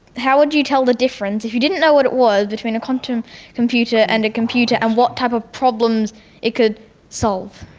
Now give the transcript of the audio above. how would you tell the difference, if you didn't know what it was, between a quantum computer and a computer and what type of problems it could solve?